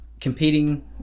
competing